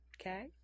okay